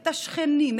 את השכנים,